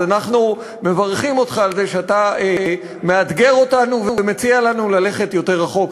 אז אנחנו מברכים אותך על זה שאתה מאתגר אותנו ומציע לנו ללכת יותר רחוק.